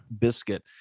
Biscuit